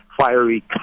fiery